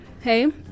Hey